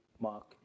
Mark